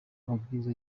amabwiriza